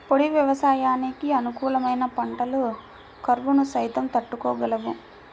పొడి వ్యవసాయానికి అనుకూలమైన పంటలు కరువును సైతం తట్టుకోగలవు